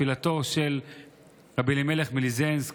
תפילתו של רבי אלימלך מליז'נסק,